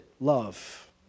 love